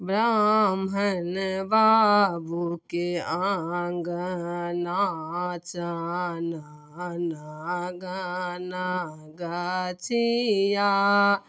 ब्राह्मण बाबूके अङ्गना चनन गन गछिआ